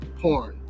porn